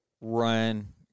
run